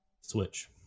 Switch